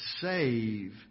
save